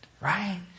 right